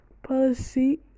Policy